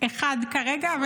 אחד כרגע.